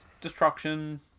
destruction